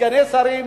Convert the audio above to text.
סגני שרים,